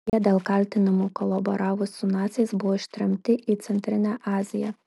jie dėl kaltinimų kolaboravus su naciais buvo ištremti į centrinę aziją